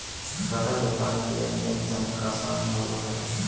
छोट व्यापार मे लेन देन तनिक आसान होवो हय